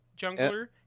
Jungler